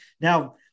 Now